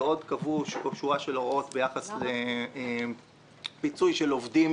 וקבעו עוד שורה של הוראות ביחס לפיצוי של עובדים